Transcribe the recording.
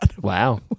Wow